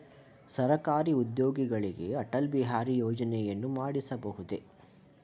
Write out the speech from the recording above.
ಸರಕಾರಿ ಉದ್ಯೋಗಿಗಳಿಗೆ ಅಟಲ್ ಬಿಹಾರಿ ಯೋಜನೆಯನ್ನು ಮಾಡಿಸಬಹುದೇ?